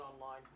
online